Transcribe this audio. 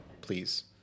please